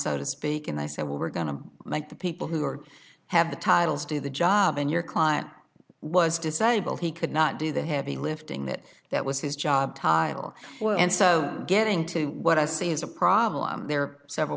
so to speak and they say we're going to make the people who are have the titles do the job in your client was disabled he could not do the heavy lifting that that was his job title and so getting to what i see is a problem there are several